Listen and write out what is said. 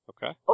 Okay